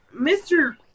Mr